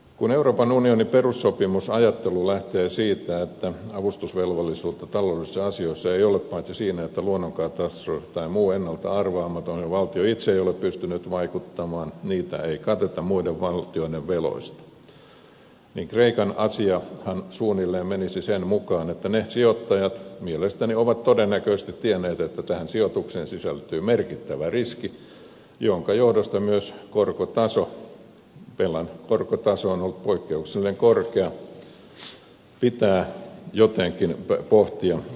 kun euroopan unionin perussopimusajattelu lähtee siitä että avustusvelvollisuutta taloudellisissa asioissa ei ole paitsi jos kyseessä on luonnonkatastrofi tai muu ennalta arvaamaton tapahtuma johon valtio itse ei ole pystynyt vaikuttamaan niitä ei kateta muiden valtioiden veloista niin kreikan asiahan suunnilleen menisi sen mukaan että ne sijoittajat mielestäni ovat todennäköisesti tienneet että tähän sijoitukseen sisältyy merkittävä riski jonka johdosta myös velan korkotaso on ollut poikkeuksellisen korkea ja se pitää jotenkin pohtia uudestaan